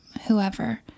whoever